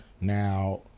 now